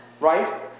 right